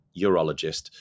urologist